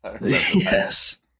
yes